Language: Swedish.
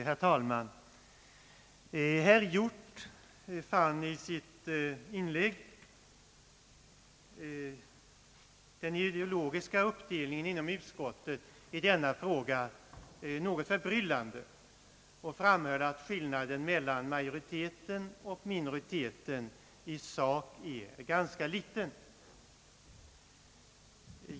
Herr talman! Herr Hjorth fann i sitt inlägg den ideologiska uppdelningen inom utskottet i denna fråga »något förbryllande» och framhöll att skillnaden mellan majoriteten och minoriteten i sak är ganska liten.